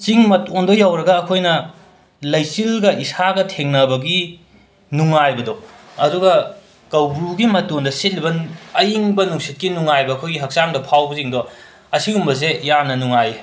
ꯆꯤꯡ ꯃꯇꯣꯟꯗꯣ ꯌꯧꯔꯒ ꯑꯩꯈꯣꯏꯅ ꯂꯩꯆꯤꯜꯒ ꯏꯁꯥꯒ ꯊꯦꯡꯅꯕꯒꯤ ꯅꯨꯡꯉꯥꯏꯕꯗꯣ ꯑꯗꯨꯒ ꯀꯧꯕ꯭ꯔꯨꯒꯤ ꯃꯇꯣꯟꯗ ꯁꯤꯠꯂꯤꯕ ꯑꯌꯤꯡꯕ ꯅꯨꯡꯁꯤꯠꯀꯤ ꯅꯨꯡꯉꯥꯏꯕ ꯑꯩꯈꯣꯏꯒꯤ ꯍꯛꯆꯥꯡꯗ ꯐꯥꯎꯕꯁꯤꯡꯗꯣ ꯑꯁꯤꯒꯨꯝꯕꯁꯦ ꯌꯥꯝꯅ ꯅꯨꯡꯉꯥꯏꯌꯦ